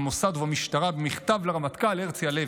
במוסד ובמשטרה במכתב לרמטכ"ל הרצי הלוי: